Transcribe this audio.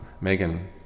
Megan